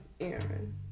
Aaron